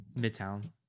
Midtown